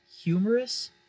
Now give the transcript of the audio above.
humorous